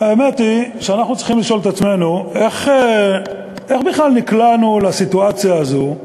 האמת היא שאנחנו צריכים לשאול את עצמנו איך בכלל נקלענו לסיטואציה הזו,